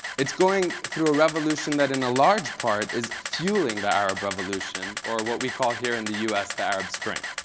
it's going through a revolution that in a large part is fueling the arab revolution, or what we call here in the u s. the arab spring.